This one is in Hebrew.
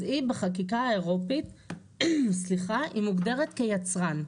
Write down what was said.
אז היא בחקיקה האירופית מוגדרת כיצרן.